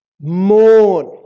Mourn